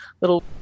little